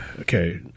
Okay